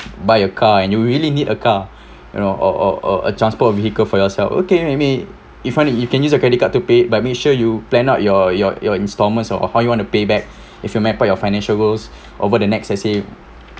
buy a car and you really need a car you know or or or a transport vehicle for yourself okay maybe if want to you can use a credit card to pay but make sure you plan out your your your instalments or how you want to payback if you map out your financial worlds over the next let's say